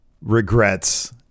regrets